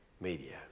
media